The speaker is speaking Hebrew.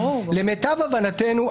למיטב הבנתנו,